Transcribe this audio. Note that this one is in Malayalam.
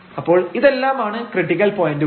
അപ്പോൾ ഇതെല്ലാമാണ് ക്രിട്ടിക്കൽ പോയന്റുകൾ